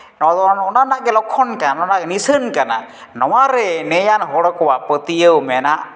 ᱱᱚᱣᱟᱫᱚ ᱚᱱᱟ ᱨᱮᱱᱟᱜ ᱜᱮ ᱞᱚᱠᱠᱷᱚᱱ ᱠᱟᱱᱟ ᱚᱱᱟ ᱨᱮᱱᱟᱜ ᱱᱤᱥᱟᱹᱱ ᱠᱟᱱᱟ ᱱᱚᱣᱟᱨᱮ ᱱᱮᱭᱟᱱ ᱦᱚᱲ ᱠᱚᱣᱟᱜ ᱯᱟᱹᱛᱭᱟᱹᱣ ᱢᱮᱱᱟᱜ